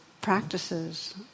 practices